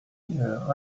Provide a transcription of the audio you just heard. yeah